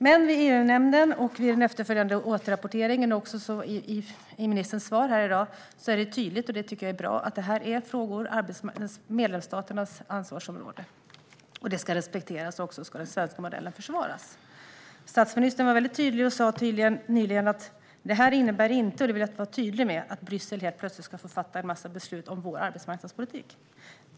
Men vid EU-nämnden och den efterföljande återrapporteringen, och även i ministerns svar här i dag, har det framgått tydligt - och det tycker jag är bra - att dessa frågor är medlemsstaternas ansvarsområde. Det ska respekteras, och den svenska modellen ska försvaras. Statsministern var väldigt tydlig när han nyligen sa att detta inte innebär att Bryssel helt plötsligt ska få fatta en massa beslut om vår arbetsmarknadspolitik.